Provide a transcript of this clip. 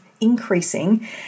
increasing